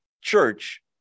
church